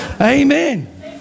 Amen